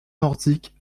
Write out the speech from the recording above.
nordiques